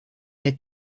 der